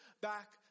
back